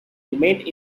remained